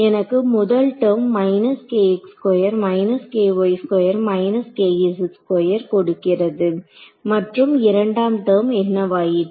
எனக்கு முதல் டெர்ம் கொடுக்கிறது மற்றும் இரண்டாம் டெர்ம் என்னவாயிற்று